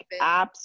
apps